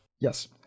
Yes